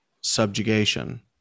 subjugation